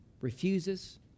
refuses